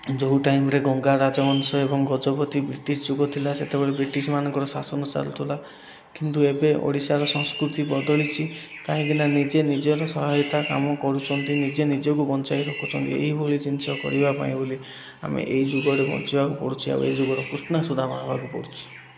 ଯେଉଁ ଟାଇମ୍ରେ ଗଙ୍ଗା ରାଜବଂଶ ଏବଂ ଗଜପତି ବ୍ରିଟିଶ ଯୁଗ ଥିଲା ସେତେବେଳେ ବ୍ରିଟିଶ ମାନଙ୍କର ଶାସନ ଚାଲୁଥିଲା କିନ୍ତୁ ଏବେ ଓଡ଼ିଶାର ସଂସ୍କୃତି ବଦଳିଛି କାହିଁକିନା ନିଜେ ନିଜର ସହାୟତା କାମ କରୁଛନ୍ତି ନିଜେ ନିଜକୁ ବଞ୍ଚାଇ ରଖୁଛନ୍ତି ଏହିଭଳି ଜିନିଷ କରିବା ପାଇଁ ବୋଲି ଆମେ ଏଇ ଯୁଗରେ ବଞ୍ଚିବା ପଡ଼ୁଛି ଆଉ ଏଇ ଯୁଗର କୃଷ୍ଣା ସୁଦାମା ହବାକୁ ପଡ଼ୁଛି